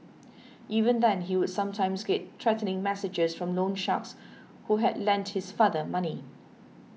even then he would sometimes get threatening messages from loan sharks who had lent his father money